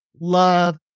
love